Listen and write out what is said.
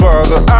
Father